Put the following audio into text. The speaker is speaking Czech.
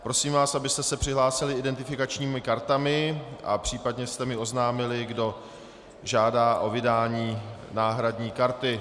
Prosím vás, abyste se přihlásili identifikačními kartami a případně mi oznámili, kdo žádá o vydání náhradní karty.